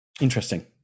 Interesting